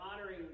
honoring